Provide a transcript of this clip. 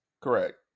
Correct